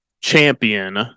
champion